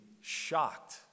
shocked